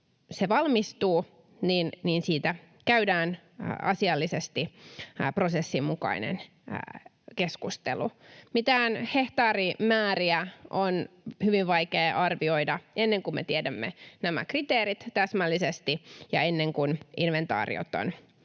valmistuu, siitä käydään asiallisesti prosessin mukainen keskustelu. Mitään hehtaarimääriä on hyvin vaikea arvioida, ennen kuin me tiedämme nämä kriteerit täsmällisesti ja ennen kuin inventaariot on